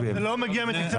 גם זה לא מגיע מתקציב המדינה.